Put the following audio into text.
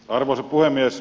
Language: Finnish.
arvoisa puhemies